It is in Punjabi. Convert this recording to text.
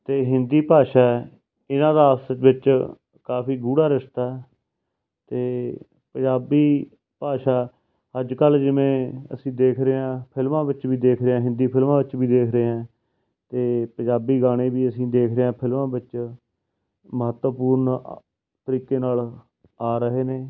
ਅਤੇ ਹਿੰਦੀ ਭਾਸ਼ਾ ਹੈ ਇਹਨਾਂ ਦਾ ਆਪਸ ਵਿੱਚ ਕਾਫੀ ਗੂੜਾ ਰਿਸ਼ਤਾ ਅਤੇ ਪੰਜਾਬੀ ਭਾਸ਼ਾ ਅੱਜ ਕੱਲ੍ਹ ਜਿਵੇਂ ਅਸੀਂ ਦੇਖ ਰਹੇ ਹਾਂ ਫਿਲਮਾਂ ਵਿੱਚ ਵੀ ਦੇਖ ਰਹੇ ਹਿੰਦੀ ਫਿਲਮਾਂ ਵਿੱਚ ਵੀ ਦੇਖ ਰਹੇ ਅਤੇ ਪੰਜਾਬੀ ਗਾਣੇ ਵੀ ਅਸੀਂ ਦੇਖਦੇ ਹਾਂ ਫਿਲਮਾਂ ਵਿੱਚ ਮਹੱਤਵਪੂਰਨ ਤਰੀਕੇ ਨਾਲ ਆ ਰਹੇ ਨੇ